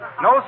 No